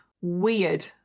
weird